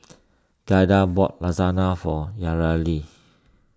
Giada bought Lasagna for Yareli